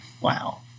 Wow